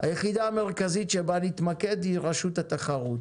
היחידה המרכזית שבה נתמקד היא רשות התחרות.